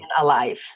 alive